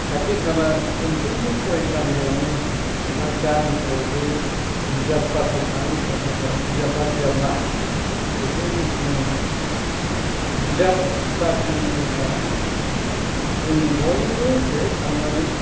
खाथि खाला मोनफ्रोमबो फरायसालियावनो एबा गामिफोरावबो बिजाब बाख्रि थानाय हिसाबै दा बिजाब बाख्रिया मा बेखौ मिन्थिनो मोनबाय बिजाब बाख्रि होनोब्ला जोङो बयबो बेहाय थांनानै